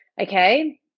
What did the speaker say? Okay